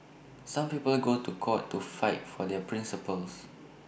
some people go to court to fight for their principles